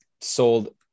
sold